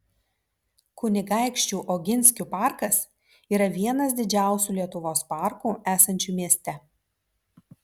kunigaikščių oginskių parkas yra vienas didžiausių lietuvos parkų esančių mieste